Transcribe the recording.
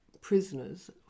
prisoners